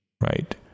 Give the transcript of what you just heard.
right